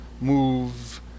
move